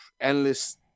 Endless